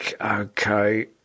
Okay